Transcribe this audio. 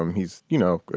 um he's, you know,